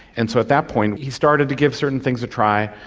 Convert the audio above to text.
and so at that point he started to give certain things a try,